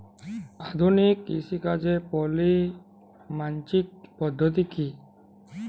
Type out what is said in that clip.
আধুনিক কৃষিকাজে poly mulching পদ্ধতি কি?